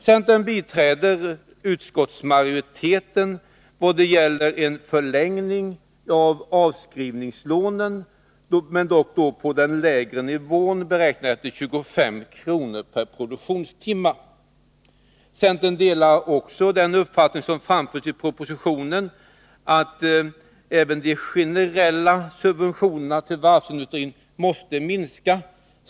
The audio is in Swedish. Centern biträder utskottsmajoriteten då det gäller en förlängning av avskrivningslånen men på den lägre nivån, beräknad till 25 kr. per produktionstimme. Centern delar också den uppfattning som framförs i propositionen att även de generella subventionerna till varvsindustrin måste minska.